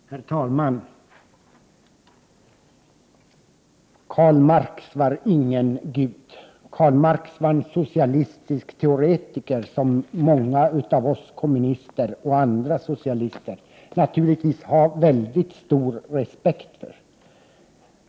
Herr talman! Karl Marx var ingen gud. Karl Marx var en socialistisk teoretiker, som många av oss kommunister och andra socialister naturligtvis har stor respekt för.